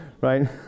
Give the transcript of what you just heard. right